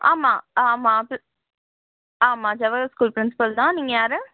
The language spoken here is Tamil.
ஆமாம் ஆ ஆமாம் ஆமாம் ஜவஹர் ஸ்கூல் ப்ரின்ஸ்பல் தான் நீங்கள் யார்